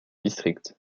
district